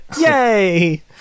Yay